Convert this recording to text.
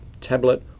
tablet